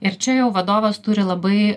ir čia jau vadovas turi labai